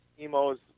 emos